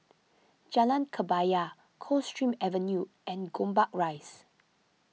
Jalan Kebaya Coldstream Avenue and Gombak Rise